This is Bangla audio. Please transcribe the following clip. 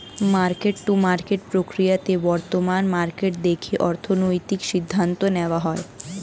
মার্কেট টু মার্কেট প্রক্রিয়াতে বর্তমান মার্কেট দেখে অর্থনৈতিক সিদ্ধান্ত নেওয়া হয়